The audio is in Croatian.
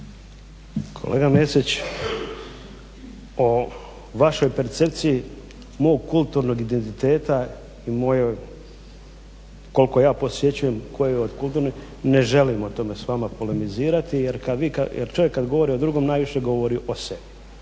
Kolega Mesić o vašoj percepciji mog kulturnog identiteta u mojoj koliko ja posjećujem koju od kulturnih, ne želim o tome s vama polemizirati jer vi kad, čovjek kad govori o drugom najviše govori o sebi